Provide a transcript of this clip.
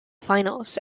finals